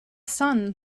sun